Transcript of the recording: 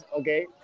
okay